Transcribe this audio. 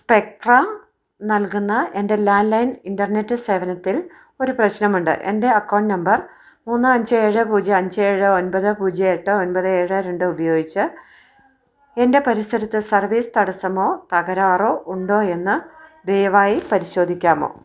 Spectra നൽകുന്ന എൻ്റെ land line internet സേവനത്തിൽ ഒരു പ്രശ്നമുണ്ട് എൻ്റെ അക്കൗണ്ട് നമ്പർ മൂന്ന് അഞ്ച് ഏഴ് പൂജ്യം അഞ്ച് ഏഴ് ഒൻപത് പൂജ്യം എട്ട് ഒൻപത് ഏഴ് രണ്ട് ഉപയോഗിച്ച് എൻ്റെ പരിസരത്ത് സർവീസ് തടസ്സമോ തകരാറോ ഉണ്ടോയെന്ന് ദയവായി പരിശോധിക്കാമോ